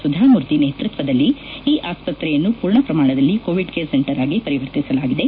ಸುಧಾ ಮೂರ್ತಿ ನೇತೃತ್ವದಲ್ಲಿ ಈ ಆಸ್ಸತ್ರೆಯನ್ನು ಪೂರ್ಣ ಪ್ರಮಾಣದಲ್ಲಿ ಕೋವಿಡ್ ಕೇರ್ ಕೇಂದ್ರವಾಗಿ ಪರಿವರ್ತಿಸಲಾಗಿದೆ